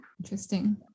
interesting